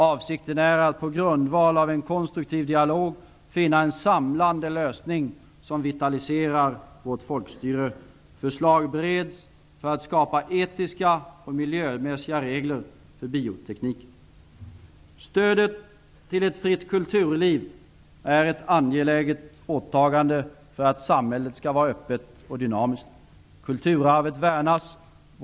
Avsikten är att på grundval av en konstruktiv dialog finna en samlande lösning som vitaliserar vårt folkstyre. Förslag bereds nu för att skapa etiska och miljömässiga regler för biotekniken. Stödet till ett fritt kulturliv är ett angeläget åtagande för att samhället skall vara öppet och dynamiskt. Kulturarvet värnas.